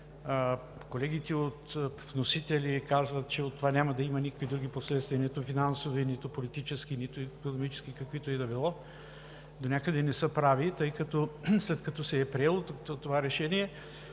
колегите вносители казват, че от това няма да има никакви други последствия: нито финансови, нито политически, нито икономически, каквито и да било, донякъде не са прави, тъй като, след като се е приело това Решение,